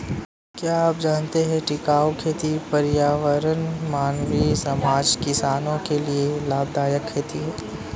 क्या आप जानते है टिकाऊ खेती पर्यावरण, मानवीय समाज, किसानो के लिए लाभदायक खेती है?